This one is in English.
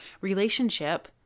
relationship